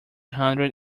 hundred